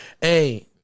Hey